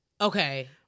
Okay